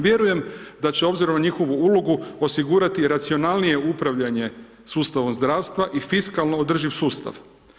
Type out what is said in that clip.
Vjerujem da će obzirom na njihovu ulogu osigurati racionalnije upravljanje sustavom zdravstva i fiskalno održiv sustav.